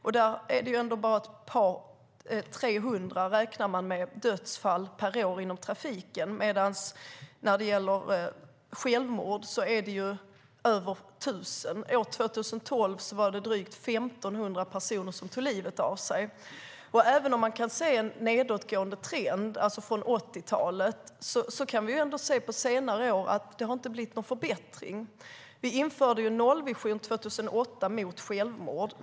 Man räknar med att det är 300 dödsfall per år i trafiken. När det gäller självmord är det över 1 000. År 2012 var det drygt 1 500 personer som tog livet av sig. Man kan se en nedåtgående trend, från 80-talet, men vi kan ändå se att det under senare år inte har blivit någon förbättring. Vi införde en nollvision 2008 i fråga om självmord.